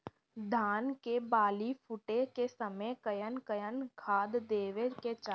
धान के बाली फुटे के समय कउन कउन खाद देवे के चाही?